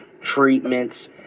treatments